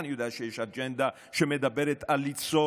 ואני יודע שיש אג'נדה שמדברת על ליצור